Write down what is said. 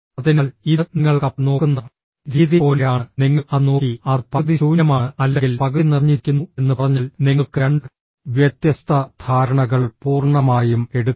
അതിനാൽ ഇത് നിങ്ങൾ കപ്പ് നോക്കുന്ന രീതി പോലെയാണ് നിങ്ങൾ അത് നോക്കി അത് പകുതി ശൂന്യമാണ് അല്ലെങ്കിൽ പകുതി നിറഞ്ഞിരിക്കുന്നു എന്ന് പറഞ്ഞാൽ നിങ്ങൾക്ക് രണ്ട് വ്യത്യസ്ത ധാരണകൾ പൂർണ്ണമായും എടുക്കാം